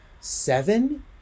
seven